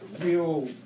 real